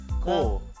cool